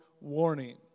warning